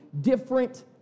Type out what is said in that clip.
different